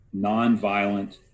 nonviolent